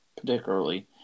particularly